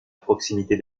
proximité